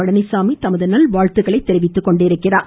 பழனிசாமி தமது நல்வாழ்த்துக்களை தெரிவித்துக்கொண்டுள்ளார்